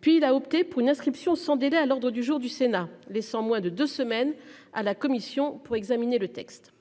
Puis il a opté pour une inscription sans délai à l'ordre du jour du Sénat laissant moins de 2 semaines à la commission pour examiner le texte.